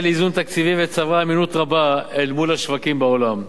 לאיזון תקציבי וצברה אמינות רבה אל מול השווקים בעולם.